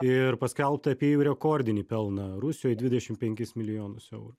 ir paskelbta apie jų rekordinį pelną rusijoj dvidešimt penkis milijonus eurų